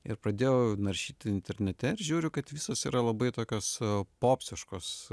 ir pradėjau naršyti internete ir žiūriu kad visos yra labai tokias popsiškos